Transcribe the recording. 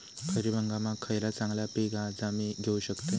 खरीप हंगामाक खयला चांगला पीक हा जा मी घेऊ शकतय?